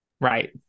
Right